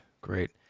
great